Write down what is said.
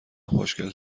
خوشگل